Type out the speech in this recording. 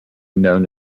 known